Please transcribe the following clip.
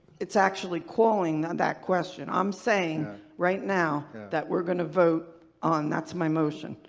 it's actually calling that that question. i'm saying right now that we're going to vote on. that's my motion.